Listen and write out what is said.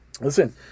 Listen